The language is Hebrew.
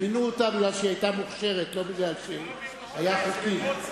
מינו אותה כי היתה מוכשרת, ולא כי היו חוקים.